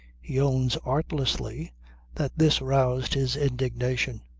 he owns artlessly that this roused his indignation.